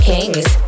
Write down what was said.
Kings